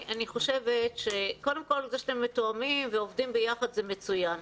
זה שאתם מתואמים ועובדים ביחד זה מצוין.